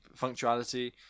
functionality